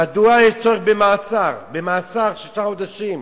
מדוע יש צורך במאסר של שישה חודשים?